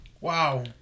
wow